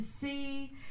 see